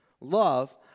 Love